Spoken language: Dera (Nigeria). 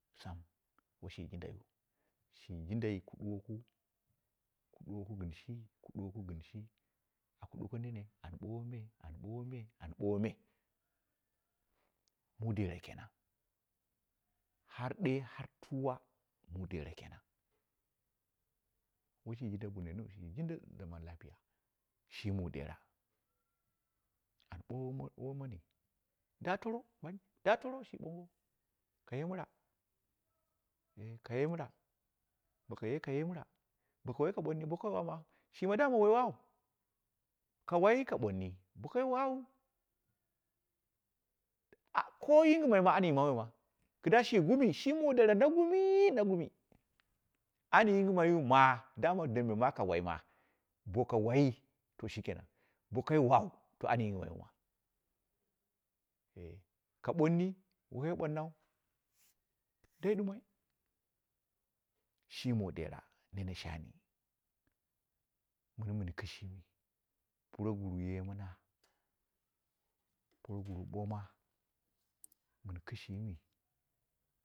Sam washi jindai wu, shi jindai ku duwoku, ku duwaleu gɨn shi, ka duwak gɨn shi, ku duwaku nene an bowo me an bowo me an bowo me. mu dera kenan har ɗee har tuwa, mu dera kenan waishi sinda bunenwu, shi jinda zaman lapiya shi mu dera an bowo womani, da toro banje, da toro shi ɓowo kaye mɨra, eh kaye mɨra, bo kaye kaye mɨra ko aka bonni ko kobou ma. Shi woi damaya rau, boka wai ka boni, bo waka wau a ko yinima yingɨmai ma an yingɨmai ma, kɨda shi gumi shi na gumi, na gumi an yingimai wu ma dama dembe ma ka waima boka wai to shikeman bo wakai wau to an yingɨmowon ma eh, ka bonni, bo wakai bonnou ɗei ɗumoi, shi muu dera nene shain mɨni mɨn kishimi proguru yemɨna proguru boma mɨn kɨshimi.